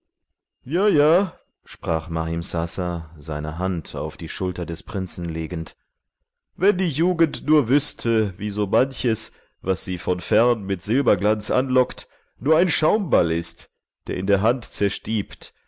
ja ja sprach mahimsasa seine hand auf die schulter des prinzen legend wenn die jugend nur wüßte wie so manches was sie von fern mit silberglanz anlockt nur eln schaumball ist der in der hand zerstiebt